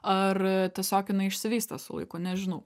ar tiesiog jinai išsivystė su laiku nežinau